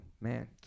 man